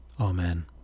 Amen